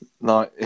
No